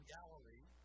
Galilee